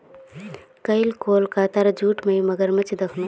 कईल कोलकातार जूत मुई मगरमच्छ दखनू